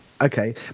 Okay